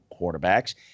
quarterbacks